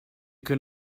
can